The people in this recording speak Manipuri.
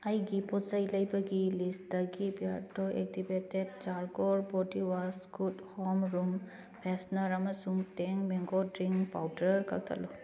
ꯑꯩꯒꯤ ꯄꯣꯠꯆꯩ ꯂꯩꯕꯒꯤ ꯂꯤꯁꯇꯒꯤ Beardo activated charcoal body good home room freshener ꯑꯃꯁꯨꯡ ꯇꯦꯡ ꯃꯦꯡꯒꯣ ꯗ꯭ꯔꯤꯡ ꯄꯥꯎꯗꯔ ꯀꯛꯊꯠꯂꯨ